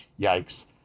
Yikes